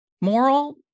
moral